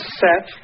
set